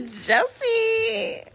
Josie